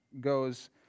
goes